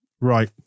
Right